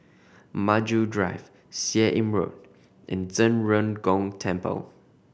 Maju Drive Seah Im Road and Zhen Ren Gong Temple